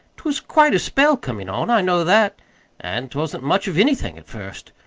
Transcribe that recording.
t was quite a spell comin on i know that and't wasn't much of anything at first.